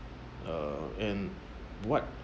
uh and what